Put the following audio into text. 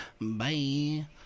bye